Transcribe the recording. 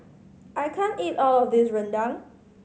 I can't eat all of this rendang